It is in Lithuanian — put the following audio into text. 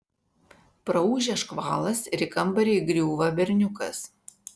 praūžia škvalas ir į kambarį įgriūva berniukas